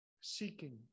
seeking